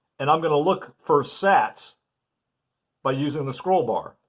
and i'm going to look for sats by using the scroll bar.